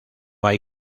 hay